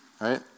right